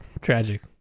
tragic